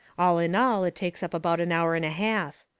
all in all it takes up about an hour and a half.